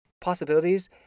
possibilities